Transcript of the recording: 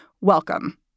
Welcome